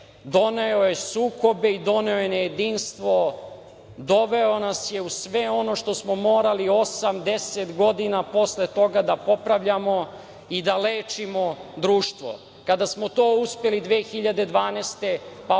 doneo je sukobe i doneo je nejedinstvo. Doveo nas je u sve ono što smo morali osam, 10 godina posle toga da popravljamo i da lečimo društvo. Kada smo to uspeli 2012.